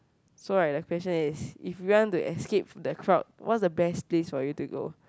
so right the question is if you want to escape the crowd what is the best place for you to go